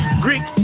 Greek